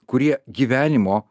kurie gyvenimo